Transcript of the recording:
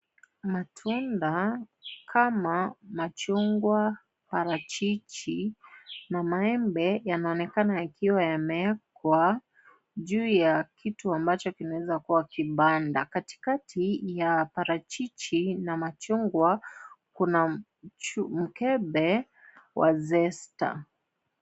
Matunda kama machungwa, parachichi na maembe yanaonekana yakiwa yamewekwa juu ya kitu ambacho kinaweza kuwa kibanda katikati ya parachichi na machungwa kuna mkebe wa Zesta.